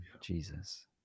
Jesus